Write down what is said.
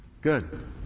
Good